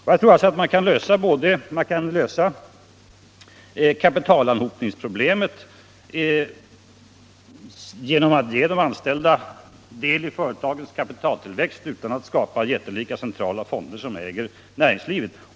Jag tror alltså att man skall lösa det här problemet genom att ge de anställda del i företagens kapitaltillväxt utan att skapa jättelika centrala fonder som äger näringslivet.